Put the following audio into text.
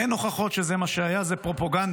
אין הוכחות שזה מה שהיה, זה פרופגנדה".